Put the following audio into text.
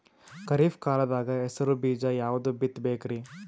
ಖರೀಪ್ ಕಾಲದಾಗ ಹೆಸರು ಬೀಜ ಯಾವದು ಬಿತ್ ಬೇಕರಿ?